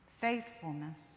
faithfulness